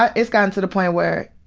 but it's gotten to the point where,